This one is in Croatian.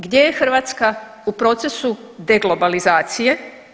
Gdje je Hrvatska u procesu de globalizacije?